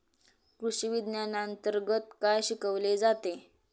कृषीविज्ञानांतर्गत काय शिकवले जाते?